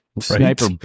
sniper